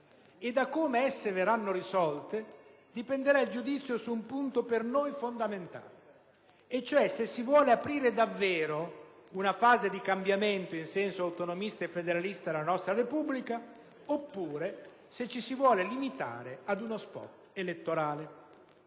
Da come esse verranno risolte dipenderà il giudizio su un punto per noi fondamentale, cioè se si vuole aprire davvero una fase di cambiamento in senso autonomista e federalista della nostra Repubblica oppure se ci si vuole limitare ad uno *spot* elettorale.